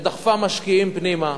שדחפה משקיעים פנימה,